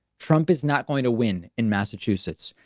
trump is not going to win in massachusetts.